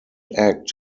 act